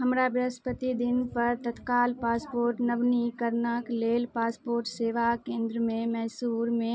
हमरा बृहस्पति दिनपर तत्काल पासपोर्ट नवीनीकरणक लेल पासपोर्ट सेवा केन्द्रमे मैसूरमे